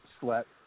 slept